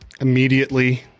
Immediately